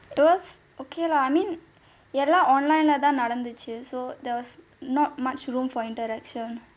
it was okay lah I mean எல்லா:ellaa online lah தான் நடந்துச்சு:thaan nadanthuchu so there was not much room for interaction